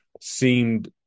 seemed